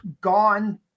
gone